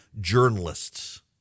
journalists